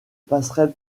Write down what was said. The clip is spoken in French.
passerelle